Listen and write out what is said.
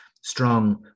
strong